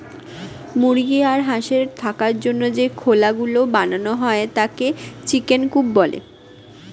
মুরগি আর হাঁসের থাকার জন্য যে খোলা গুলো বানানো হয় তাকে চিকেন কূপ বলে